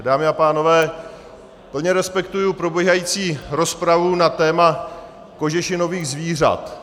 Dámy a pánové, plně respektuji probíhající rozpravu na téma kožešinových zvířat.